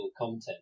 content